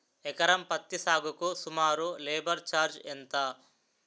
ఎకరం పత్తి సాగుకు సుమారు లేబర్ ఛార్జ్ ఎంత?